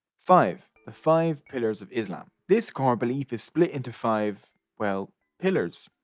five. the five pillars of islam this core belief is split into five. well pillars.